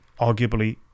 Arguably